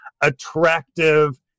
attractive